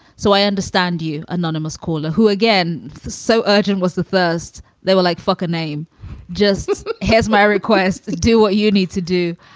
so i understand you. anonymous caller who again so urgent was the first. there were like fucka name just has my request. do what you need to do.